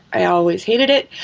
i always hated it,